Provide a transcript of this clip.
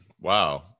Wow